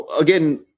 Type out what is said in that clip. again